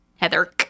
Heather